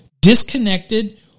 disconnected